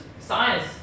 science